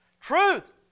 truth